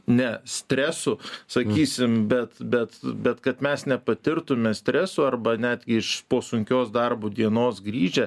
ne stresų sakysim bet bet bet kad mes nepatirtume streso arba net iš po sunkios darbo dienos grįžę